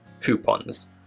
coupons